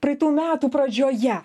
praeitų metų pradžioje